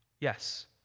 Yes